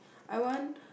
I want